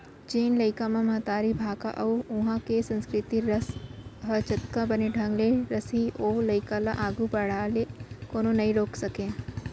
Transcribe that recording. जेन लइका म महतारी भाखा अउ उहॉं के संस्कृति रस ह जतका बने ढंग ले रसही ओ लइका ल आघू बाढ़े ले कोनो नइ रोके सकयँ